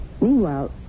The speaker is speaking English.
Meanwhile